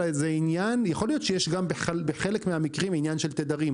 אלא זה עניין יכול להיות שיש גם בחלק מהמקרים עניין של תדרים,